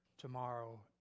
tomorrow